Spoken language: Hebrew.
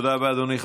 תודה רבה, אדוני.